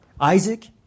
Isaac